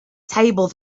table